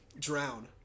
Drown